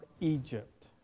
Egypt